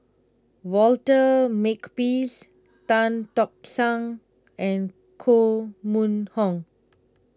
Walter Makepeace Tan Tock San and Koh Mun Hong